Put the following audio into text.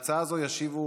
להצעה זו ישיבו,